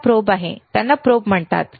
आता प्रोब आहेत त्यांना प्रोब म्हणतात